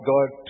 God